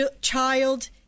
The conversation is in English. child